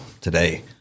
today